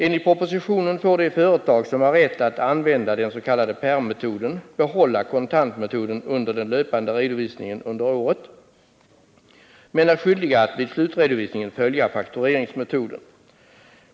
Enligt propositionen får de företag som har rätt att använda den s.k. pärmmetoden behålla kontantmetoden för den löpande redovisningen under året, men de är skyldiga att vid slutredovisningen följa faktureringsmetoden.